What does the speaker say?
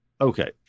okay